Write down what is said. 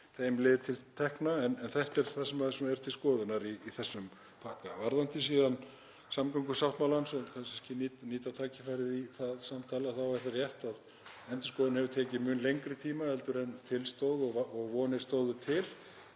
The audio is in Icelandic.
þeim lið til tekna. En þetta er það sem er til skoðunar í þessum pakka. Varðandi síðan samgöngusáttmálann, svo ég nýti tækifærið í það samtal, er það rétt að endurskoðunin hefur tekið mun lengri tíma en til stóð og vonir stóðu til.